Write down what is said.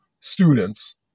students